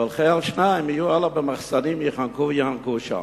והולכי על שניים יהיו במחסנים, ייחנקו וייאנקו שם.